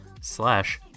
slash